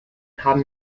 haben